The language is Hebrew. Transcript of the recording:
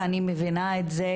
ואני מבינה את זה,